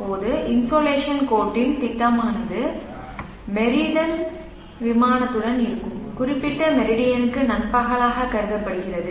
போது இன்சோலேஷன் கோட்டின் திட்டமானது மெரிடல் விமானத்துடன் இருக்கும் குறிப்பிட்ட மெரிடியனுக்கு நண்பகலாக கருதப்படுடகிறது